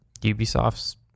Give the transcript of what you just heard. Ubisoft's